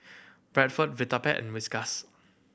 Bradford Vitapet and Whiskas